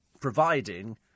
providing